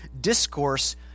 discourse